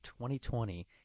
2020